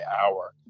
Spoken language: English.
hour